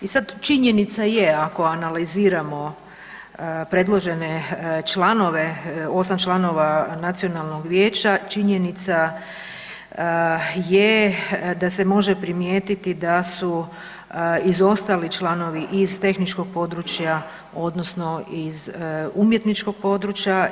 I sad činjenica je ako analiziramo predložene članove, 8 članova Nacionalnog vijeća činjenica je da se može primijetiti da su izostali članovi iz tehničkog područja, odnosno iz umjetničkog područja.